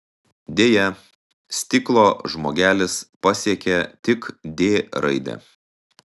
deja stiklo žmogelis pasiekė tik d raidę